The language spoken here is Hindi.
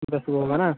बस और भाड़ा